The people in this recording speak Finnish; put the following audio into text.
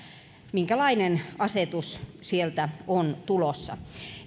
minkälainen asetus sieltä on tulossa